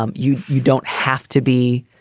um you you don't have to be,